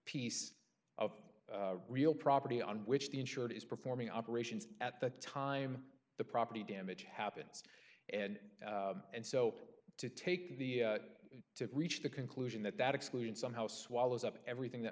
piece of real property on which the insured is performing operations at the time the property damage happens and and so to take the to reach the conclusion that that exclusion somehow swallows up everything that